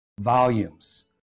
volumes